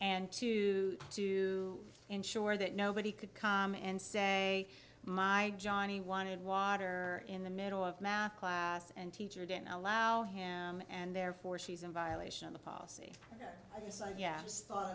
and two to ensure that nobody could come and say my johnny wanted water or in the middle of math class and teacher didn't allow him and therefore she's in violation of the policy